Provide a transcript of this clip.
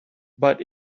but